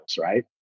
right